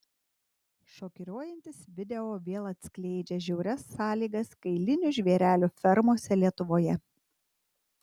šokiruojantis video vėl atskleidžia žiaurias sąlygas kailinių žvėrelių fermose lietuvoje